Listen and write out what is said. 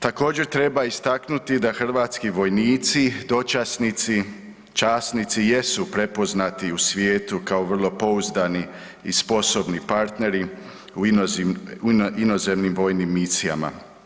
Također treba istaknuti da hrvatski vojnici, dočasnici, časnici jesu prepoznati u svijetu kao vrlo pouzdani i sposobni partneri u inozemnim vojnim misijama.